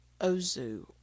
Ozu